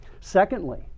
Secondly